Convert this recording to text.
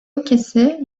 ikisi